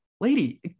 lady